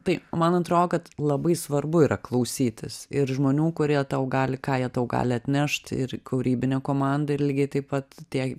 tai man atrodo kad labai svarbu yra klausytis ir žmonių kurie tau gali ką jie tau gali atnešt ir kūrybinė komanda ir lygiai taip pat tie